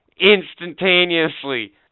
instantaneously